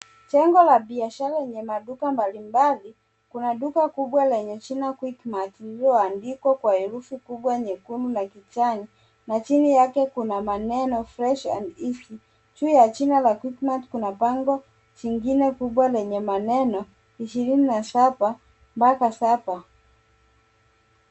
Jengo la biashara lenye maduka mbalimbali. Kuna duka kubwa lenye jina, Quickmart, lililoandikwa kwa herufi kubwa nyekundu na kijani na chini yake kuna maneno, eat and. Juu ya chini ya, quickmart, kuna bango jingine kubwa lenye maneno, ishirini na saba mpaka saba.